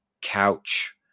couch